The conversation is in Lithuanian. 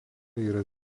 yra